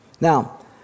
Now